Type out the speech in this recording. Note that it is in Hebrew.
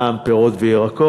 מע"מ על פירות וירקות,